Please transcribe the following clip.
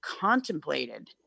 contemplated